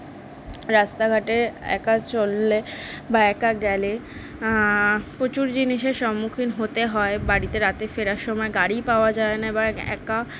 রাস্তাঘাটে একা চললে বা একা গেলে প্রচুর জিনিসের সম্মুখীন হতে হয় বাড়িতে রাতে ফেরার সময় গাড়ি পাওয়া যায় নে বাং একা